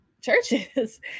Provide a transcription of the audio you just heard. churches